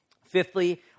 Fifthly